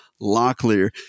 Locklear